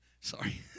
Sorry